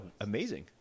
amazing